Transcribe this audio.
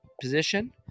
position